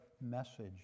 message